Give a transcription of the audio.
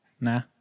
nah